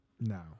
No